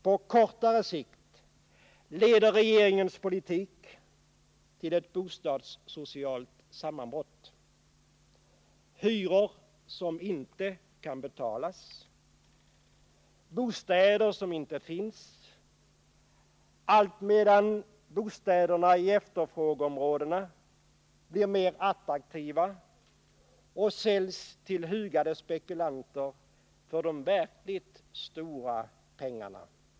På kortare sikt leder regeringens politik till ett bostadssocialt sammanbrott: hyror som inte kan betalas, bostäder som inte finns, allt medan bostäderna i efterfrågeområden blir mer attraktiva och säljes till hugade spekulanter för de verkligt stora pengarna.